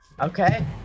okay